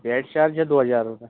gas charge है दो हज़ार रुपये